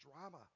drama